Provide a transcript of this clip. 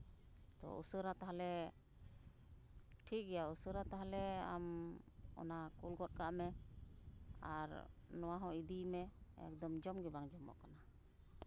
ᱛᱳ ᱩᱥᱟᱹᱨᱟ ᱛᱟᱦᱚᱞᱮ ᱴᱷᱤᱠ ᱜᱮᱭᱟ ᱩᱥᱟᱹᱨᱟ ᱛᱟᱦᱚᱞᱮ ᱟᱢ ᱚᱱᱟ ᱠᱳᱞ ᱜᱚᱜ ᱠᱟᱜ ᱢᱮ ᱟᱨ ᱱᱚᱣᱟ ᱦᱚᱸ ᱤᱫᱤᱭ ᱢᱮ ᱮᱠᱫᱚᱢ ᱡᱚᱢᱜᱮ ᱵᱟᱝ ᱡᱚᱢᱚᱜ ᱠᱟᱱᱟ